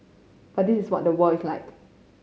but this is what the world is like